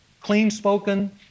clean-spoken